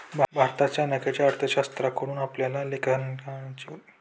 भारतात चाणक्याच्या अर्थशास्त्राकडून आपल्याला लेखांकनाची उदाहरणं मिळतात